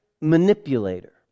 manipulator